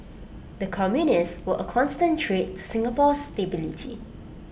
the communists were A constant threat to Singapore's stability